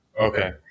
Okay